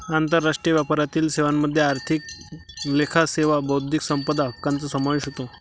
आंतरराष्ट्रीय व्यापारातील सेवांमध्ये आर्थिक लेखा सेवा बौद्धिक संपदा हक्कांचा समावेश होतो